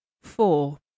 Four